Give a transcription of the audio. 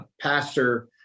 Pastor